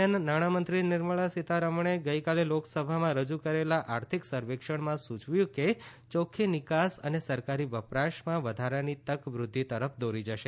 દરમિયાન નાણામંત્રી નિર્મળા સીતારમણે ગઇકાલે લોકસભામાં રજુ કરેલા આર્થિક સર્વેક્ષણમાં સૂચવ્યું છે કે ચોખ્ખી નિકાસ અને સરકારી વપરાશમાં વધારાની તક વૃદ્ધિ તરફ દોરી જશે